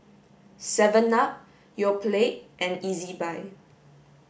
seven up Yoplait and Ezbuy